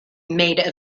made